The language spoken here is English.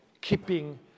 keeping